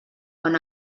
quan